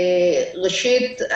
ראשית,